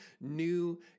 new